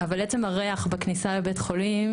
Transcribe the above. אבל עצם הריח בכניסה לבית החולים